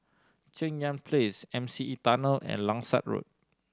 Cheng Yan Place M C E Tunnel and Langsat Road